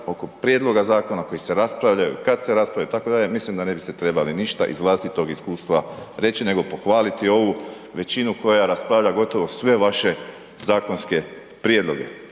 oko prijedloga zakona koje se raspravljaju i kad se raspravljaju itd., mislim da ne biste trebali ništa iz vlastitog iskustva reći nego pohvaliti ovu većinu koja raspravlja gotovo sve vaše zakonske prijedloge.